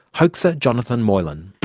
hoaxer jonathan moylan.